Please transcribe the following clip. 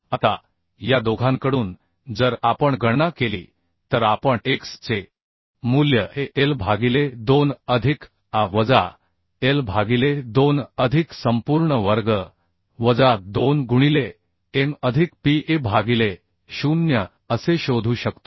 आता या दोघांकडून जर आपण गणना केली तर आपण x चेमूल्य हे l भागिले 2 अधिक a वजा l भागिले 2 अधिक संपूर्ण वर्ग वजा 2 गुणिले m अधिक p a भागिले 0 असे शोधू शकतो